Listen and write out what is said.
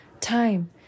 time